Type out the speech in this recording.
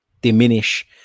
diminish